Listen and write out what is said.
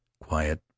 quiet